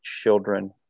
children